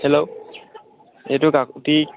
hello এইটো কাকতি